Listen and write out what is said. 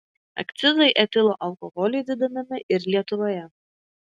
akcizai etilo alkoholiui didinami ir lietuvoje